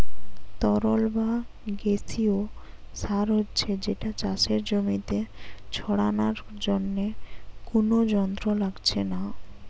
তরল বা গেসিও সার হচ্ছে যেটা চাষের জমিতে ছড়ানার জন্যে কুনো যন্ত্র লাগছে না